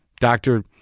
Doctor